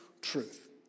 truth